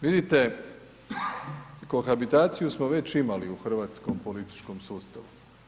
Vidite, kohabitaciju smo već imali u hrvatskom političkom sustavu.